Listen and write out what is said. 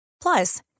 Plus